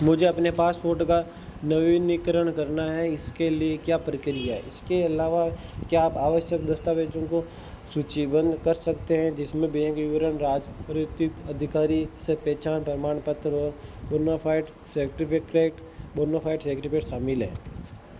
मुझे अपने पासपोर्ट का नवीनीकरण करना है इसके लिए क्या प्रक्रिया है इसके अलावा क्या आप आवश्यक दस्तावेजों को सूचीबद्ध कर सकते हैं जिसमें बैंक विवरण राजपत्रित अधिकारी से पहचान प्रमाण पत्र और बोनाफाइड सर्टिफिकेट बोनाफाइड सर्टिफिकेट शामिल है